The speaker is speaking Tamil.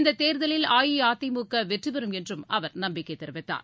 இந்ததேர்தலில் அஇஅதிமுகவெற்றிபெறும் என்றும் அவர் நம்பிக்கைதெரிவித்தார்